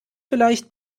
vielleicht